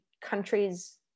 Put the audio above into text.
countries